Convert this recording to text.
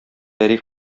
пәри